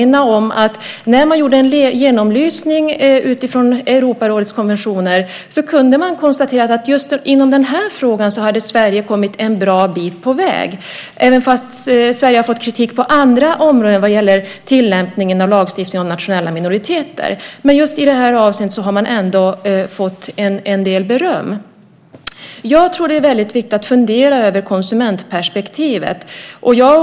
När man gjorde en genomlysning utifrån Europarådets konventioner kunde man konstatera att Sverige hade kommit en bra bit på väg just i den här frågan, även om Sverige har fått kritik på andra områden när det gäller tillämpningen av lagstiftningen om nationella minoriteter. Men just i det här avseendet har man fått en del beröm. Det är viktigt att fundera över konsumentperspektivet.